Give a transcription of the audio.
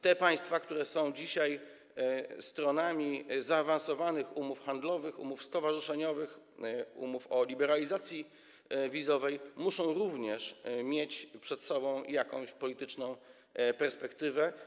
Te państwa, które są dzisiaj stronami zaawansowanych umów handlowych, umów stowarzyszeniowych, umów o liberalizacji wizowej, muszą również mieć przed sobą jakąś polityczną perspektywę.